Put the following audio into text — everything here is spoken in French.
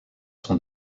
sont